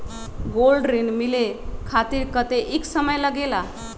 Gold ऋण मिले खातीर कतेइक समय लगेला?